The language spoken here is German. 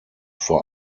vor